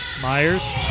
Myers